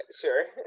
sure